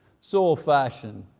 so old-fashioned.